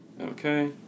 okay